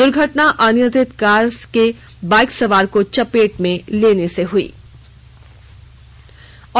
दुर्घटना अनियंत्रित कार के बाईक सवार को चपेट में लेने से हुईं